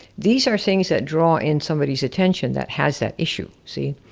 these are things that draw in somebody's attention that has that issue, see?